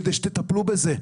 כדי שתטפלו בזה?